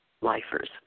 lifers